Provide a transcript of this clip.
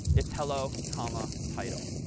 it's hello comma title.